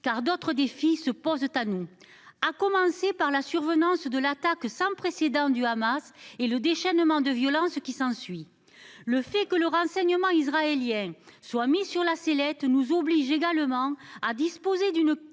car d’autres défis se posent à nous, à commencer par celui de l’attaque sans précédent du Hamas et du déchaînement de violence qui s’en est suivi. Le fait que le renseignement israélien soit sur la sellette nous oblige à disposer d’une capacité